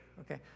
okay